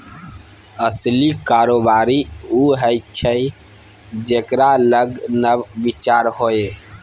असली कारोबारी उएह छै जेकरा लग नब विचार होए